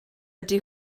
ydy